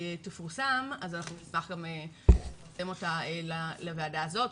תפורסם אנחנו נשמח גם לפרסם אותה לוועדה הזאת,